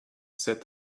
said